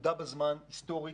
בנקודה היסטורית בזמן,